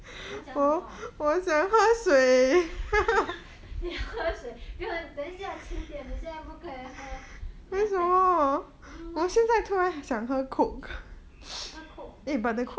你要讲什么你喝水等一下迟点你现在不可以喝你要等一下因为喝 coke